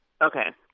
Okay